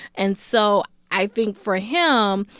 and so i think for ah him,